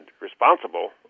responsible